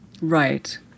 Right